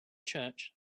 church